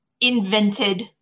invented